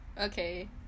okay